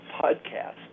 podcast